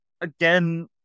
again